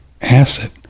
acid